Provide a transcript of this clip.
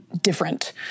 different